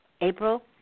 April